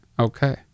Okay